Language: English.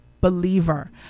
believer